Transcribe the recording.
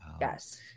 Yes